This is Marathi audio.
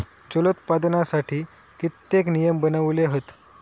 जलोत्पादनासाठी कित्येक नियम बनवले हत